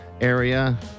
area